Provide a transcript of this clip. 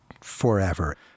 forever